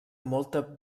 molta